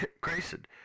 Grayson